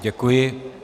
Děkuji.